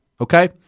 okay